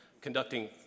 conducting